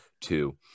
two